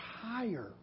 higher